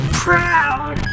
proud